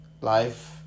life